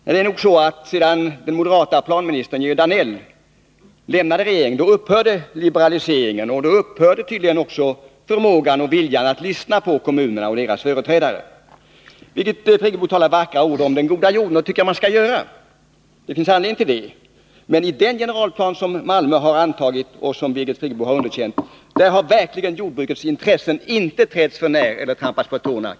Nej, det är nog så, att sedan den moderate planministern Georg Danell lämnade regeringen upphörde liberaliseringen och även förmågan och viljan att lyssna på kommunerna och deras företrädare. Birgit Friggebo talar vackra ord om den goda jorden, och det skall man göra. Det finns anledning till det. Men i den generalplan som Malmö har Nr 81 antagit och som Birgit Friggebo har underkänt, har jordbrukets intressen Tisdagen den verkligen inte trätts för när eller trampats på tårna.